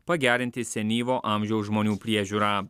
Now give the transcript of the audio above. pagerinti senyvo amžiaus žmonių priežiūrą